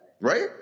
Right